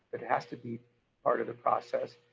it has to be part of the process.